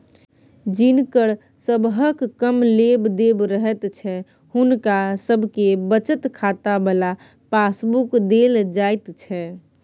जिनकर सबहक कम लेब देब रहैत छै हुनका सबके बचत खाता बला पासबुक देल जाइत छै